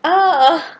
uh ah